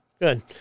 Good